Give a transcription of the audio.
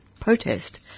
protest